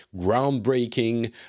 groundbreaking